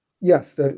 Yes